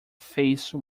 face